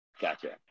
Gotcha